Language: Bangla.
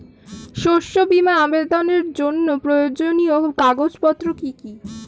শস্য বীমা আবেদনের জন্য প্রয়োজনীয় কাগজপত্র কি কি?